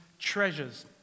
treasures